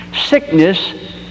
Sickness